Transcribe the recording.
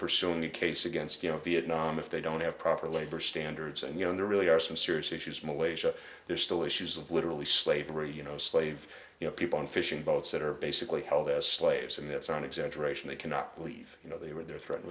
pursue in the case against you know vietnam if they don't have proper labor standards and you know there really are some serious issues malaysia there are still issues of literally slavery you know slave you know people in fishing boats that are basically held as slaves in this on exaggeration they cannot leave you know they were they're threatened